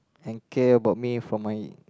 and care about me for my